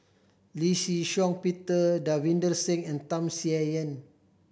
Lee Shih Shiong Peter Davinder Singh and Tham Sien Yen